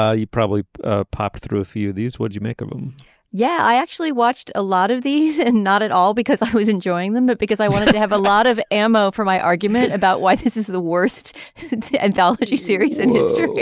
ah you probably ah popped through a few of these what do you make of them yeah i actually watched a lot of these and not at all because i was enjoying them but because i wanted to have a lot of ammo for my argument about why this is the worst anthology series in history. well